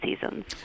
seasons